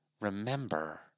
remember